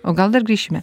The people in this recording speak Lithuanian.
o gal dar grįšime